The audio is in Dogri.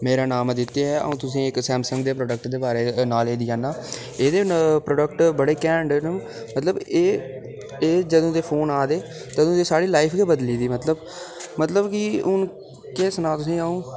मेरा नाम आदित्य ऐ अं'ऊ तुसेंगी इक्क सैमसंग दे प्रोडेक्ट दे बारै च नॉलेज देआं ना एह्दे प्रोडेक्ट बड़े कैंढ न मतलब एह् एह् जदूं दे फोन आ दे तदूं दी साढ़ी लाईफ गै बदली दी मतलब की हू'न केह् सनांऽ तुसें ई अं'ऊ